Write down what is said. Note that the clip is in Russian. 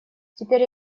теперь